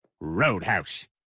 Roadhouse